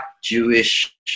Jewish